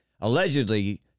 allegedly